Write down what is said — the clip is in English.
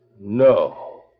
No